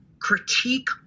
critique